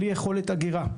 בלי יכולת אגירה.